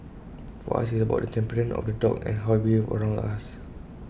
for us IT is about the temperament of the dog and how IT behaves around us